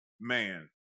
man